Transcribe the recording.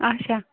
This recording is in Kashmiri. اچھا